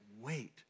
wait